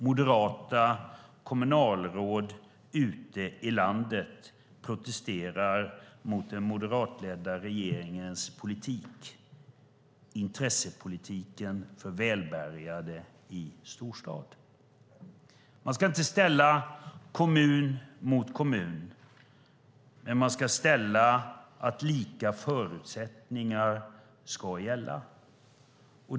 Moderata kommunalråd ute i landet protesterar mot den moderatledda regeringens politik - intressepolitiken för välbärgade i storstad. Man ska inte ställa kommun mot kommun. Men man ska ställa upp lika förutsättningar som ska gälla.